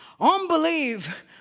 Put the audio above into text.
unbelief